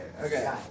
okay